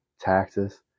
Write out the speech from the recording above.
taxes